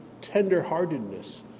tenderheartedness